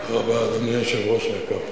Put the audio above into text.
תודה רבה, אדוני היושב-ראש היקר.